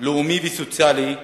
לאומי וסוציאלי,